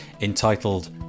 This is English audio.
entitled